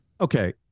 Okay